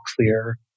clear